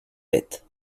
faite